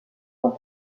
sont